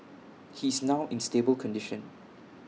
he is now in stable condition